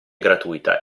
gratuita